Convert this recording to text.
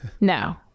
no